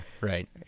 Right